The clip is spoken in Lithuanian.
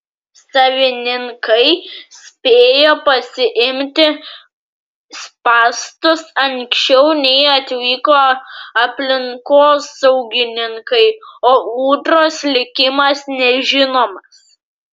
savininkai spėjo pasiimti spąstus anksčiau nei atvyko aplinkosaugininkai o ūdros likimas nežinomas